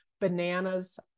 Bananas